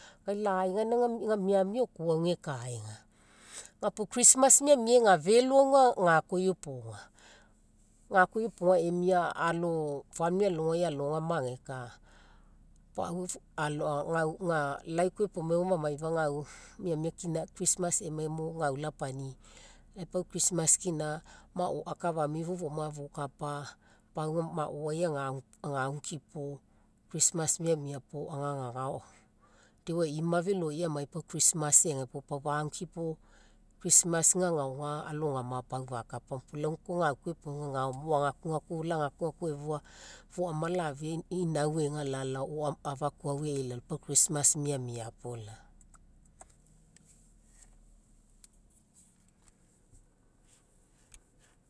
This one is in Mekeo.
Kai lai gaina ega miamia oko ekae. Ga puo christmas miamia ega felo aga ga koa iopoga, ga koa iopoga emia famili alogai alogama ekae. lai koa iopomai mo maifa miamia kina christmas emai mo gau lapainii, i'a pau christmas kina pau akafamii fou foama fokapa, pau maoai agagukipo christmas miamia puo aga gagao. Deo e'ima feloia amai pau christmas e'egai puo fagukipo christmas gagaoga alogama pau fakapa puo. lagakuigaku efua foama lafia inau ega la lao or afakuau e'i la lao pau christmas miamia puo la lao.